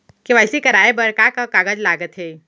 KYC कराये बर का का कागज लागथे?